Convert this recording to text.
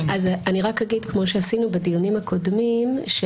אני אגיד שכמו שעשינו בדיונים הקודמים,